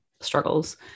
struggles